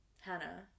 Hannah